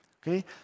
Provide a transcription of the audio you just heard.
Okay